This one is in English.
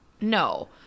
No